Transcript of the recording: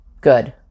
good